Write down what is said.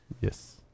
Yes